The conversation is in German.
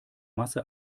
masse